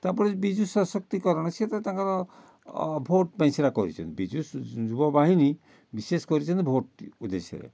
ତା'ପରେ ବିଜୁ ସଶକ୍ତିକରଣ ସେ ତ ତାଙ୍କର ଭୋଟ ପାଇଁ ସେଇଟା କରିଛନ୍ତି ବିଜୁ ଯୁବବାହିନୀ ବିଶେଷ କରିଛନ୍ତି ଭୋଟ ଉଦ୍ଦେଶ୍ୟରେ